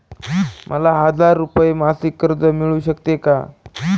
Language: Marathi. मला हजार रुपये मासिक कर्ज मिळू शकते का?